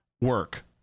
work